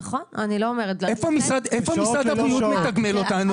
איפה משרד הבריאות מתגמל אותנו?